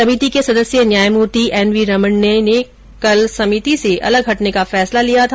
समिति के सदस्य न्यायमूर्ति एन वी रमन्ना ने कल समिति से अलग हटने का फैसला लिया था